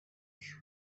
σου